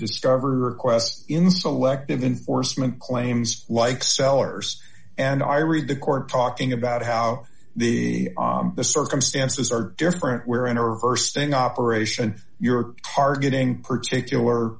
discover your quest in selective enforcement claims like sellers and i read the court talking about how the the circumstances are different where in or her sting operation you're targeting particular